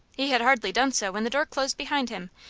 he had hardly done so when the door closed behind him,